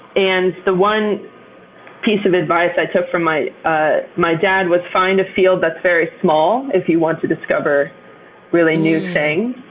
and the one piece of advice i took from my ah my dad was, find a field that's very small if you want to discover really new things.